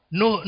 no